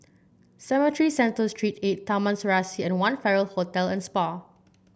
Cemetry Center Street eight Taman Serasi and One Farrer Hotel and Spa